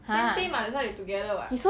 !huh!